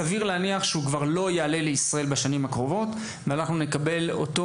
סביר להניח שהוא כבר לא יעלה לישראל בשנים הקרובות ואנחנו נקבל אותו